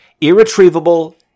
irretrievable